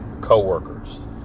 co-workers